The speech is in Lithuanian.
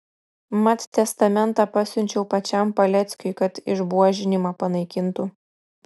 mat testamentą pasiunčiau pačiam paleckiui kad išbuožinimą panaikintų